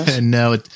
No